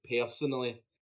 personally